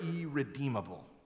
irredeemable